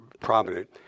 prominent